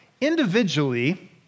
individually